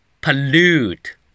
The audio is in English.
Pollute